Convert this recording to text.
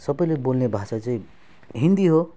सबैले बोल्ने भाषा चाहिँ हिन्दी हो